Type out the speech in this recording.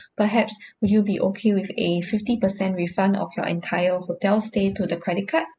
perhaps would you be okay with a fifty percent refund of your entire hotel stay to the credit card